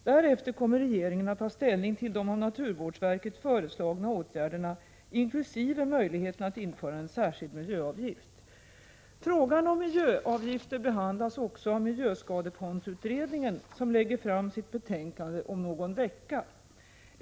Därefter kommer regeringen att ta ställning till de av naturvårdsverket föreslagna åtgärderna inkl. möjligheten att införa en särskild miljöavgift. Frågan om miljöavgifter behandlas också av miljöskadefondsutredningen, som lägger fram sitt betänkande om någon vecka.